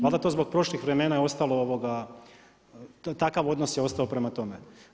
to zbog prošlih vremena je ostalo takav odnos je ostao prema tome.